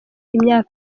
imyaka